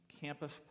campus